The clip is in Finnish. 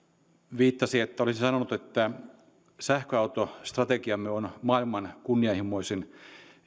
viittasi että olisin sanonut että sähköautostrategiamme on maailman kunnianhimoisin